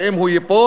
שאם הוא ייפול,